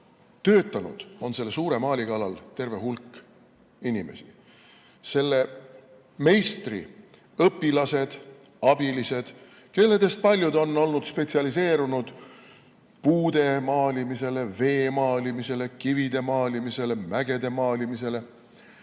töötanud on selle suure maali kallal terve hulk inimesi: selle meistri õpilased, abilised, kellest paljud on olnud spetsialiseerunud puude maalimisele, vee maalimisele, kivide maalimisele, mägede maalimisele.